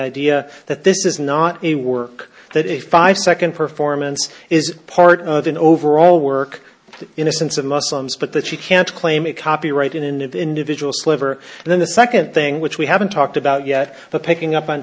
idea that this is not a work that a five second performance is part of an overall work innocence of muslims but that she can't claim a copyright in the individual sliver and then the second thing which we haven't talked about yet but picking up on